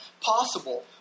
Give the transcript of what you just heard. possible